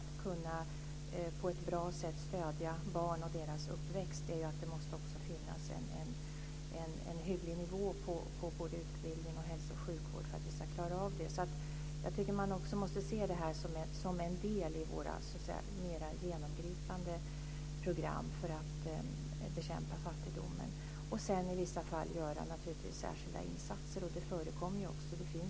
Ska man på ett bra sätt kunna stödja barn och deras uppväxt så måste det också finnas en hygglig nivå på både utbildning och hälso och sjukvård för att man ska klara av det. Man måste alltså se detta som en del i våra mer genomgripande program för att bekämpa fattigdomen. I vissa fall måste vi naturligtvis göra särskilda insatser, vilket också förekommer.